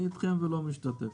אני איתכם ולא משתתף.